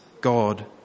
God